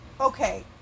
Okay